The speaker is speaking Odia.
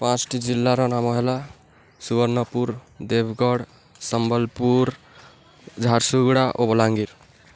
ପାଞ୍ଚଟି ଜିଲ୍ଲାର ନାମ ହେଲା ସୁବର୍ଣ୍ଣପୁର ଦେବଗଡ଼ ସମ୍ବଲପୁର ଝାରସୁଗୁଡ଼ା ଓ ବଲାଙ୍ଗୀର